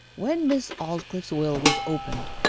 when miss aldclyffe's will was opened,